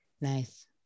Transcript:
nice